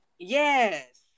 Yes